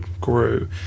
grew